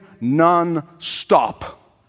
non-stop